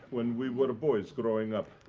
when we were boys, growing up.